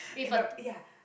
eh but ya